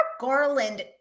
Garland